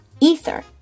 Ether